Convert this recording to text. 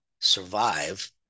survive